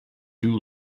too